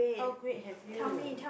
how great have you